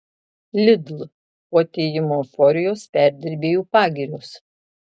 lidl po atėjimo euforijos perdirbėjų pagirios